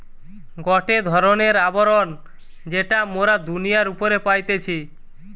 গটে ধরণের আবরণ যেটা মোরা দুনিয়ার উপরে পাইতেছি